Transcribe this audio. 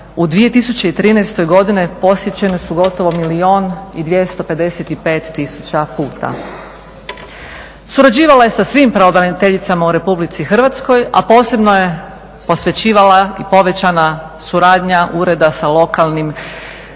u 2013. godini posjećene su gotovo milijun i 255 tisuća puta. Surađivala je sa svim pravobraniteljicama u RH, a posebno je posvećivala i povećana suradnja ureda sa lokalnim,